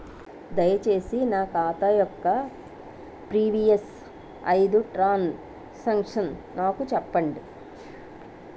దయచేసి నా ఖాతా యొక్క ప్రీవియస్ ఐదు ట్రాన్ సాంక్షన్ నాకు చూపండి